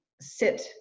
sit